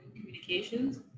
communications